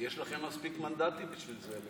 יש לכם מספיק מנדטים בשביל זה.